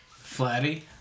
Flatty